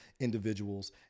individuals